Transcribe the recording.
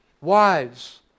Wives